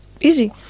easy